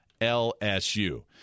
LSU